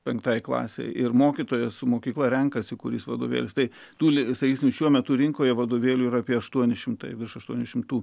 penktai klasei ir mokytojas su mokykla renkasi kuris vadovėlis tai turi visais šiuo metu rinkoje vadovėlių ir apie aštuoni šimtai virš aštuonių šimtų